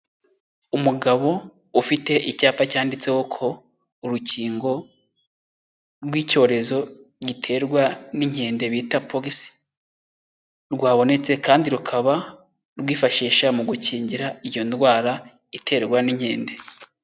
Umugabo ufite icyapa cyanditseho ko urukingo rw'icyorezo giterwa n'inkende bita Pogisi rwabonetse kandi rukaba rwifashisha mu gukingira iyo ndwara iterwa n'inkende.